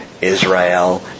Israel